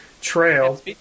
trail